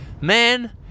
Man